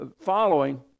Following